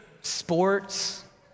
sports